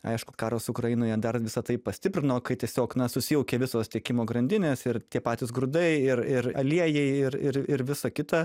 aišku karas ukrainoje dar visa tai pastiprino kai tiesiog na susijaukė visos tiekimo grandinės ir tie patys grūdai ir ir aliejai ir ir ir visa kita